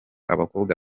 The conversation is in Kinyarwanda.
abakobwa